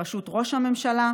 בראשות ראש הממשלה,